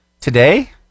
today